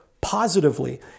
positively